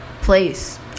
place